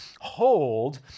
hold